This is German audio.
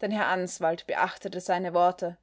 denn herr answald beachtete seine worte